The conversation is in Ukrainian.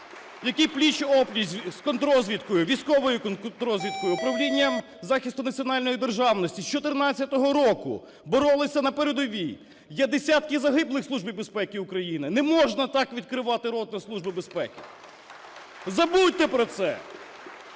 які пліч-о-пліч з контррозвідкою, військовою контррозвідкою, управлінням захисту національної державності з 2014 року боролися на передовій. Є десятки загиблих у Службі безпеки України! Не можна так відкривати рот на Службу безпеки! Забудьте про це!